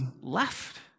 left